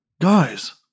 Guys